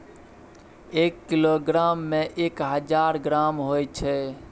एक किलोग्राम में एक हजार ग्राम होय छै